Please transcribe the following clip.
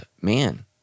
man